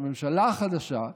שהממשלה החדשה,